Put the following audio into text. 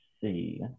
see